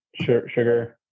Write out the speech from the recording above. sugar